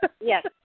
Yes